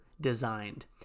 designed